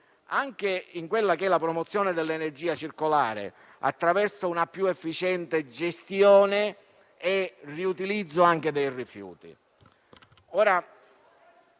energetica e anche alla promozione dell'energia circolare, attraverso una più efficiente gestione e il riutilizzo dei rifiuti.